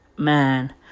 Man